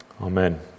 amen